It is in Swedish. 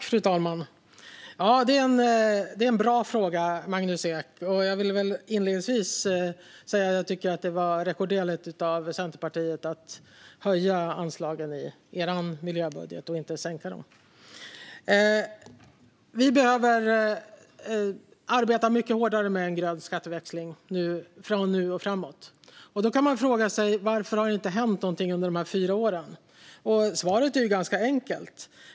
Fru talman! Ja, det är en bra fråga, Magnus Ek. Inledningsvis vill jag säga att jag tycker att det var rekorderligt av Centerpartiet att höja anslagen i er miljöbudget och inte sänka dem. Vi behöver arbeta mycket hårdare med en grön skatteväxling nu och framöver. Då kan man fråga sig: Varför har det inte hänt någonting under de fyra åren? Svaret är ganska enkelt.